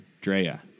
Drea